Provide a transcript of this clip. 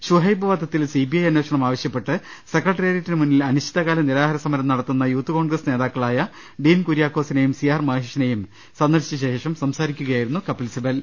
ഷുഹൈബ് വധത്തിൽ സിബിഐ അന്വേഷണം ആവ ശൃപ്പെട്ട് സെക്രട്ടറിയറ്റിനു മുന്നിൽ അനിശ്ചിതകാല നിരാഹാര സമരം നടത്തുന്ന യൂത്ത് കോൺഗ്രസ് നേതാക്കളായ ഡീൻ കുര്യാക്കോസിനെയും സിആർ മഹേഷിനെയും സന്ദർശിച്ച ശേഷം സംസാരിക്കുകയായിരുന്നു കപിൽ സിബൽ